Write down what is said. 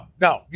no